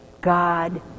God